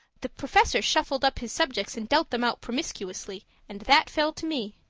the professor shuffled up his subjects and dealt them out promiscuously, and that fell to me.